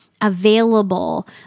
available